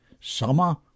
Summer